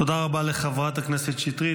תודה רבה לחברת הכנסת שטרית.